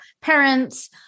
parents